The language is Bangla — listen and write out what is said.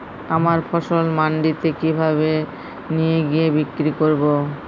আমার ফসল মান্ডিতে কিভাবে নিয়ে গিয়ে বিক্রি করব?